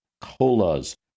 COLAs